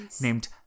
named